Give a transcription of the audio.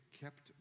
kept